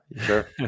Sure